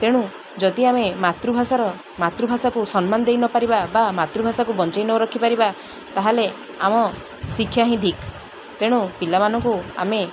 ତେଣୁ ଯଦି ଆମେ ମାତୃଭାଷାର ମାତୃଭାଷାକୁ ସମ୍ମାନ ଦେଇ ନପାରିବା ବା ମାତୃଭାଷାକୁ ବଞ୍ଚାଇ ନ ରଖିପାରିବା ତା'ହେଲେ ଆମ ଶିକ୍ଷା ହିଁ ଧିକ ତେଣୁ ପିଲାମାନଙ୍କୁ ଆମେ